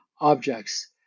objects